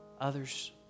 others